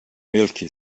milky